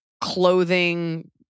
clothing